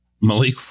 Malik